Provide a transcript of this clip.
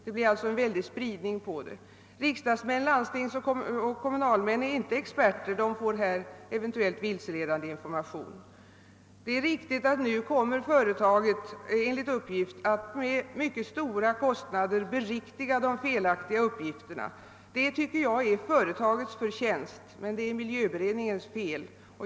Det blir alltså en väldig spridning på dem. Riksdagsmän, landstingsmän och kommunalmän är inte experter. De får här eventuellt vilseledande information. Det är riktigt att företaget nu enligt uppgift kommer att med mycket stora kostnader beriktiga de felaktiga uppgifterna. Det tycker jag är företagets förtjänst, men det är miljövårdsberedningens fel.